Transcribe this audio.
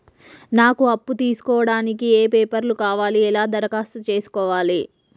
నాకు అప్పు తీసుకోవడానికి ఏ పేపర్లు కావాలి ఎలా దరఖాస్తు చేసుకోవాలి?